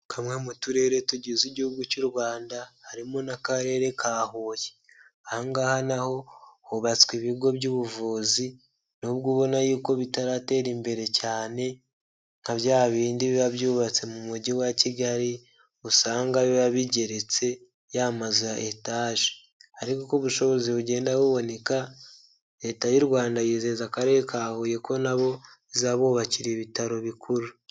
Kamwe mu turere tugize igihugu cy'u Rwanda harimo n'akarere ka huye aha ngaha naho hubatswe ibigo by'ubuvuzi nubwo ubona yuko bitaratera imbere cyane nka bya bindi biba byubatse mu mujyi wa kigali usanga biba bigeretse yamazu ya etaje ariko uko ubushobozi bugenda buboneka leta y'u Rwanda yizeza akarere ka huye ko nabo izabubakira ibitaro bikuru.